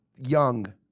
young